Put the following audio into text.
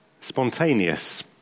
spontaneous